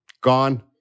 Gone